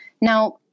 Now